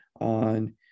on